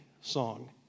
song